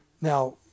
Now